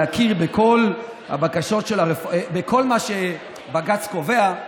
להכיר בכל מה שבג"ץ קובע,